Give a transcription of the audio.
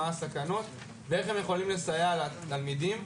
מה הסכנות ואיך הם יכולים לסייע לתלמידים,